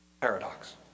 Paradox